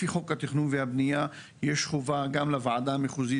לפי חוק התכנון והבנייה יש חובה גם לוועדה המחוזית